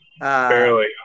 Barely